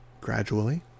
gradually